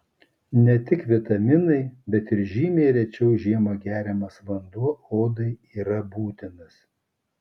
ne tik vitaminai bet ir žymiai rečiau žiemą geriamas vanduo odai yra būtinas